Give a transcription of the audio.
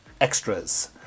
extras